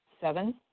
Seven